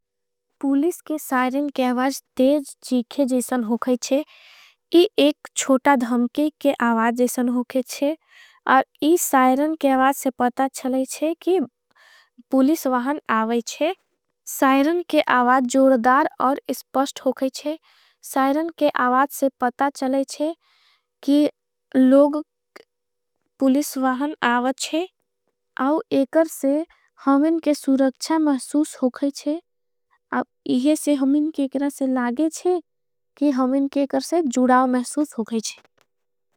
पुलिस के साइरन के आवाज देज जीखे जैसन होगाईचे। ये एक छोटा धंके के आवाज जैसन होगाईचे ये साइरन। के आवाज से पता चलाईचे कि पुलिस वाहन आवाईचे। साइरन के आवाज जोरदार और स्पस्ट होगाईचे साइरन। के आवाज से पता चलाईचे कि लोग पुलिस वाहन आवाईचे। अव एकर से हमें के सुरक्षा महसूस होगाईचे इहे से हमें के। एकर से लागेचे कि हमें के एकर से जुडाव महसूस होगाईचे।